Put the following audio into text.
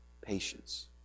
Patience